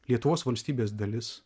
lietuvos valstybės dalis